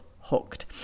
hooked